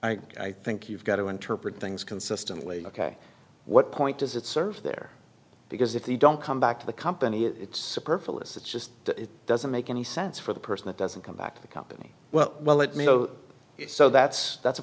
i think you've got to interpret things consistently ok what point does it serve there because if they don't come back to the company it's super phillis it's just that it doesn't make any sense for the person that doesn't come back to the company well well let me go so that's that's a